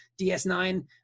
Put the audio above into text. DS9